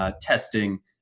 testing